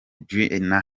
doreen